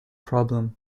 problem